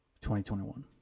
2021